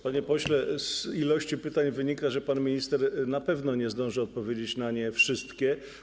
Panie pośle, z ilości pytań wynika, że pan minister na pewno nie zdąży odpowiedzieć na nie wszystkie.